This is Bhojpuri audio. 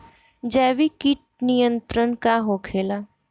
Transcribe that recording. जैविक कीट नियंत्रण का होखेला?